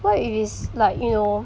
what if it's like you know